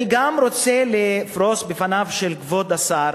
אני גם רוצה לפרוס בפניו של כבוד השר